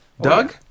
Doug